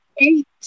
eight